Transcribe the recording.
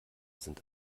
sind